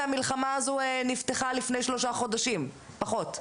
המלחמה הזו נפתחה לפני שלושה חודשים, פחות.